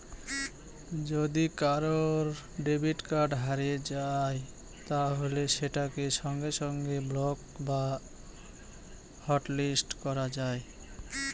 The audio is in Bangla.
যদি কারুর ডেবিট কার্ড হারিয়ে যায় তাহলে সেটাকে সঙ্গে সঙ্গে ব্লক বা হটলিস্ট করা যায়